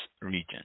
region